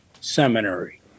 seminary